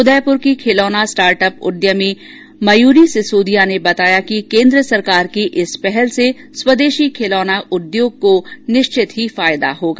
उदयपुर की खिलौना स्टार्टअप उद्यमी मयूरी सिसोदिया ने बताया कि केन्द्र सरकार की इस पहल से स्वदेशी खिलौना उद्योग को निश्चित ही फायदा होगा